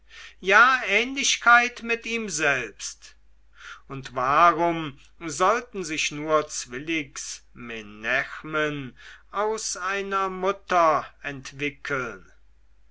ja ähnlichkeit mit ihm selbst und warum sollten sich nur zwillingsmenächmen aus einer mutter entwickeln